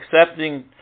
accepting